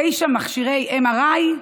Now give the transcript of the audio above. תשעה מכשירי MRI,